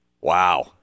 Wow